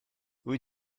wyt